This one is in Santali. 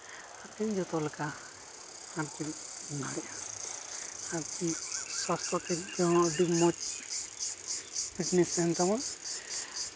ᱟᱨᱠᱤ ᱡᱚᱛᱚ ᱞᱮᱠᱟ ᱟᱨᱠᱤ ᱫᱟᱲᱮᱭᱟᱜᱼᱟ ᱟᱨᱠᱤ ᱥᱟᱥᱛᱷᱚ ᱴᱷᱮᱱ ᱦᱚᱸ ᱟᱹᱰᱤ ᱢᱚᱡᱽ ᱯᱷᱤᱴᱱᱮᱥ ᱛᱟᱦᱮᱱ ᱛᱟᱢᱟ